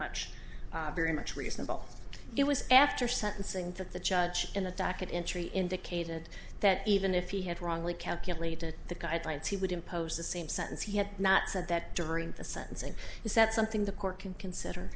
much very much reasonable it was after sentencing that the judge in the docket in tree indicated that even if he had wrongly calculated the guidelines he would impose the same sentence he had not said that during the sentencing is that something the court can consider